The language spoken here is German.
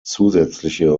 zusätzliche